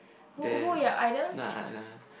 then nah I don't want